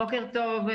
בוקר טוב.